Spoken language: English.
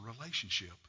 relationship